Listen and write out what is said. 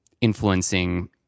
influencing